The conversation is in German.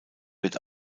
wird